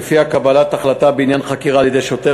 שלפיה קבלת החלטה בעניין חקירה על-ידי שוטר